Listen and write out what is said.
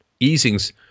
easings